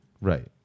Right